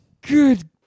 Good